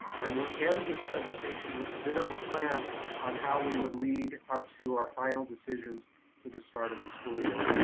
i will end this presentation with a bit of a plan on how we would lead up to our final decisions to the start of the school year.